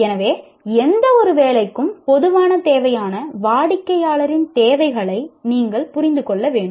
எனவே எந்தவொரு வேலைக்கும் பொதுவான தேவையான வாடிக்கையாளரின் தேவைகளை நீங்கள் புரிந்து கொள்ள வேண்டும்